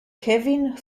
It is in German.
kevin